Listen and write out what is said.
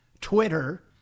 Twitter